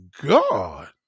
God